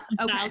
Okay